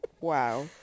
Wow